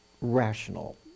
rational